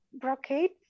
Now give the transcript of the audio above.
brocade